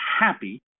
happy